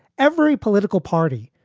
every political party,